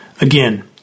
Again